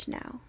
now